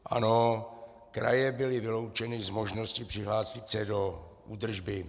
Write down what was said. Ano, kraje byly vyloučeny z možnosti přihlásit se do údržby.